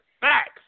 Facts